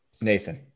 Nathan